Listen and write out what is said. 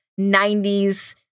90s